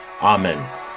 Amen